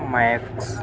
max